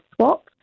swap